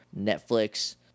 netflix